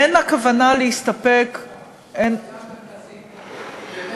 אין הכוונה להסתפק, הבעיה המרכזית היא באמת